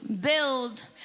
build